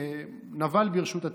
נבל ברשות התורה.